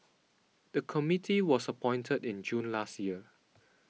the committee was appointed in June last year